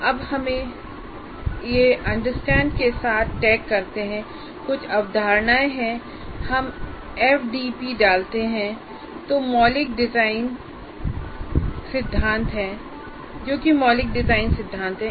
अब हम इसे अंडरस्टैंड के साथ टैग करते हैं कुछअवधारणाएं हैं और हम एफडीपी डालते हैं जो कि मौलिक डिजाइन सिद्धांत हैं